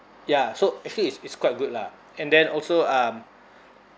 ya so actually it's it's quite good lah and then also um